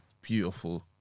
beautiful